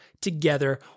together